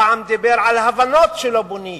פעם דיבר על הבנות שלא בונים,